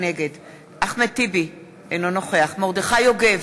נגד אחמד טיבי, אינו נוכח מרדכי יוגב,